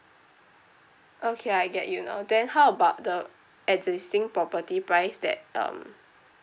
okay I get you now then how about the existing property price that um